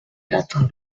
quatre